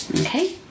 Okay